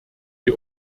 die